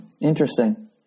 Interesting